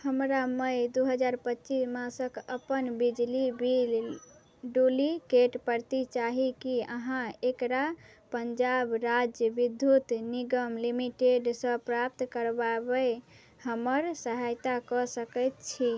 हमरा मइ दुइ हजार पचीस मासके अपन बिजली बिल डुप्लिकेट प्रति चाही कि अहाँ एकरा पञ्जाब राज्य विद्युत निगम लिमिटेडसँ प्राप्त करबाबै हमर सहायता कऽ सकै छी